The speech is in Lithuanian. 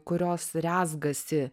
kurios rezgasi